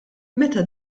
meta